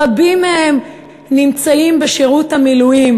רבים מהם נמצאים בשירות המילואים